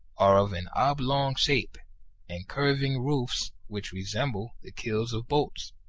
are of an oblong shape and curving roofs which resemble the keels of boats.